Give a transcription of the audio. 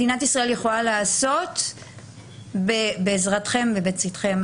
מדינת ישראל יכולה לעשות בעזרתכם ובצדכם.